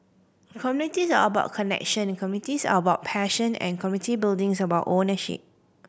community are about connection communities are about passion and community building is about ownership